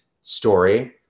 story